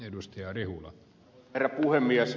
arvoisa herra puhemies